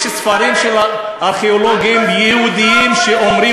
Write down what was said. יש ספרים של ארכיאולוגים יהודים שאומרים